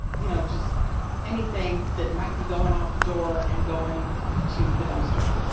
you know, just anything that might be going out the door and going to the dumpster.